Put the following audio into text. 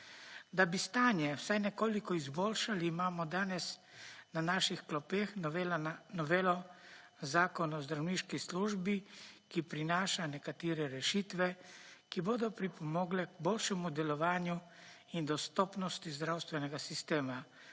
Da bi stanje vsaj nekoliko izboljšali, imamo danes na naših klopeh novelo Zakona o zdravniški službi, ki prinaša nekatere rešitve, ki bodo pripomogle k boljšemu delovanju in dostopnosti zdravstvenega sistema